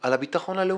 על הביטחון הלאומי.